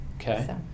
Okay